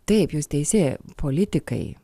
taip jūs teisi politikai